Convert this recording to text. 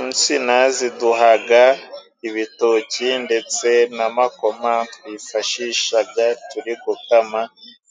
Insina ziduhaga ibitoki ndetse n' amakoma twifashishaga turi gukama,